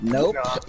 Nope